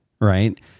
right